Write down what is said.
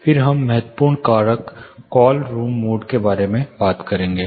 फिर हम एक महत्वपूर्ण कारक कॉल रूम मोड के बारे में बात करेंगे